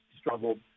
struggled